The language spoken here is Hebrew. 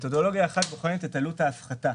מתודולוגיה אחת בוחנת את עלות ההפחתה,